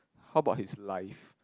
how about his life